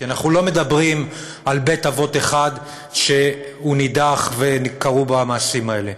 כי אנחנו לא מדברים על בית-אבות אחד שהוא נידח וקרו בו המעשים האלה,